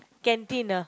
canteen ah